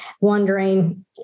Wondering